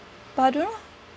but I don't know